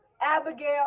Abigail